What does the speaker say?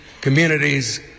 communities